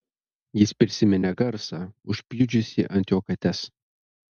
jis prisiminė garsą užpjudžiusį ant jo kates